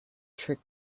trick